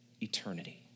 eternity